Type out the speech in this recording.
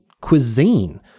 cuisine